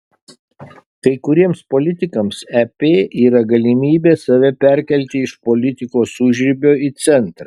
kai kuriems politikams ep yra galimybė save perkelti iš politikos užribio į centrą